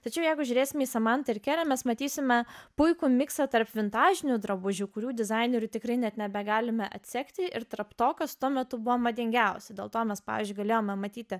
tačiau jeigu žiūrėsime į samantą ir kerę mes matysime puikų miksą tarp vintažinių drabužių kurių dizainerių tikrai net nebegalime atsekti ir tarp to kas tuo metu buvo madingiausia dėl to mes pavyzdžiui galėjome matyti